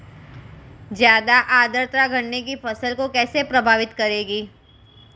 ज़्यादा आर्द्रता गन्ने की फसल को कैसे प्रभावित करेगी?